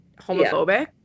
homophobic